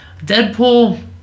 Deadpool